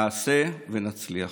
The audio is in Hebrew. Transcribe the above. נעשה ונצליח.